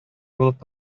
булып